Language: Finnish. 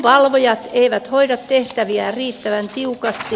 edunvalvojat eivät hoida tehtäviään riittävän tiukasti